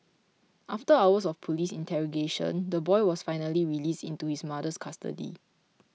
after hours of police interrogation the boy was finally released into his mother's custody